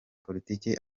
politike